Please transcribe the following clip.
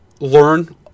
learn